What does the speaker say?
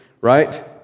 right